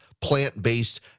plant-based